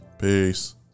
peace